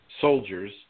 soldiers